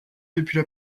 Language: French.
depuis